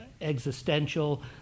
existential